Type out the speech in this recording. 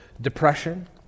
depression